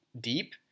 deep